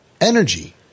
energy